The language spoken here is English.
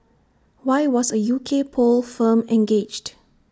why was A U K poll firm engaged